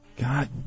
God